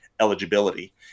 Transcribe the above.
eligibility